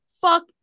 fuck